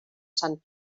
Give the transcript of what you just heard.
sant